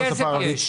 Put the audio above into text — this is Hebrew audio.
כמה כסף יש?